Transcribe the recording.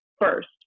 first